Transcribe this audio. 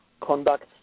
conduct